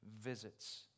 visits